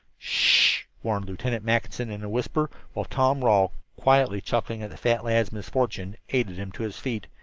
sh-h-h-h! warned lieutenant mackinson in a whisper, while tom rawle, quietly chuckling at the fat lad's misfortune, aided him to his feet.